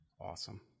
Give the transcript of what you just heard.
Awesome